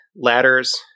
ladders